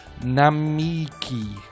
Namiki